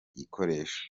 gikoresho